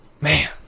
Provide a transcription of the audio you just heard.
man